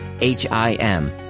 H-I-M